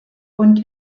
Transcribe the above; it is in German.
und